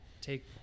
take